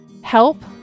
help